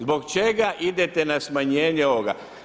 Zbog čega idete na smanjenje ovoga?